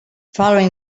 following